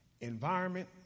environment